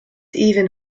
even